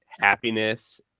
happiness